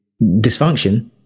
dysfunction